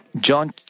John